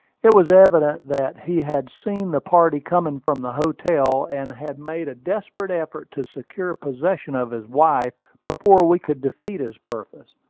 it was evident that he had seen the party coming from the hotel, and had made a desperate effort to secure possession of his wife before we could defeat his purpose.